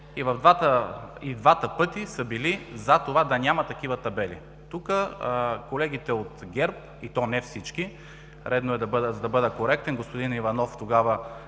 и двата пъти са за това да няма такива табели. Тук колегите от ГЕРБ, и то не всички – редно е да бъда коректен, господин Иванов тогава